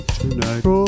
tonight